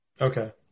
Okay